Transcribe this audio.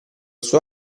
suo